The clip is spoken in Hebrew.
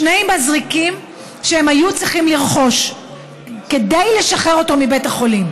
שני מזרקים שהם היו צריכים לרכוש כדי לשחרר אותו מבית החולים.